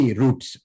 roots